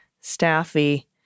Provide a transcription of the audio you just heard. Staffy